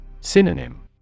Synonym